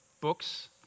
books